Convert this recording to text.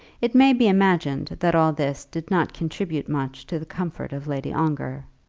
it may be imagined that all this did not contribute much to the comfort of lady ongar.